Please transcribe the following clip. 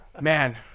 man